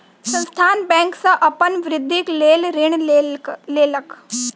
संस्थान बैंक सॅ अपन वृद्धिक लेल ऋण लेलक